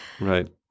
Right